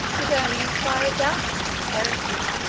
could only inspire a doubt of his sincerity,